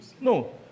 No